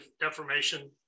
deformation